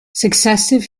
successive